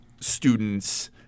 students